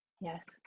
Yes